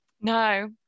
no